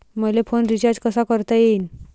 मले phone recharge कसा करता येईन?